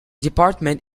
department